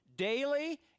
Daily